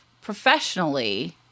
professionally